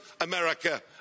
America